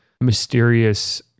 mysterious